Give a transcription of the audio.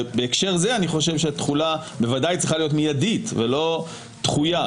בהקשר זה אני חושב שהתחולה בוודאי צריכה להיות מידית ולא דחויה,